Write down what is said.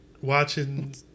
watching